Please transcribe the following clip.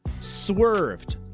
swerved